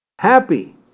happy